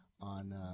on